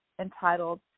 entitled